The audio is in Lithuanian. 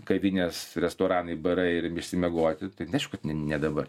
kavinės restoranai barai ir išsimiegoti tai aišku ne ne dabar